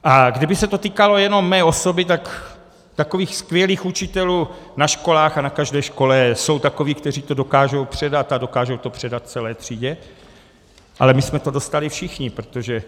A kdyby se to týkalo jenom mé osoby, tak takových skvělých učitelů na školách a na každé škole jsou takoví, kteří to dokážou předat, a dokážou to předat celé třídě, ale my jsme to dostali všichni, protože...